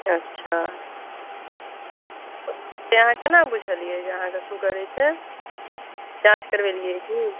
अच्छा से अहाँ कोना बुझलिए जे अहाँके सुगर अइ से जाँच करबेलिए कि